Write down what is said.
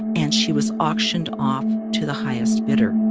and she was auctioned off to the highest bidder